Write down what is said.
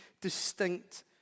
distinct